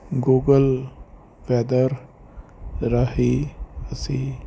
Google weather ਰਾਹੀਂ ਅਸੀਂ